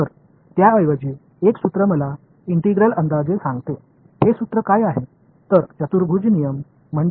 எனவே அதற்கு பதிலாக ஒரு சூத்திரம் இன்டெக்ரல் ஒரு தோராயத்தை என்னிடம் கூறுகிறது இந்த சூத்திரம் என்ன